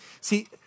See